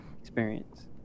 experience